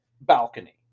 Balcony